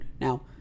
Now